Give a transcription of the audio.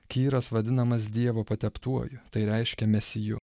kyras vadinamas dievo pateptuoju tai reiškia mesiju